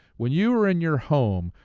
when you're in your home,